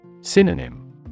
Synonym